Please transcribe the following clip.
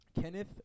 Kenneth